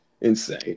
insane